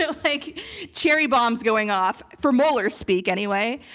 so like cherry bombs going off, for mueller speak anyway,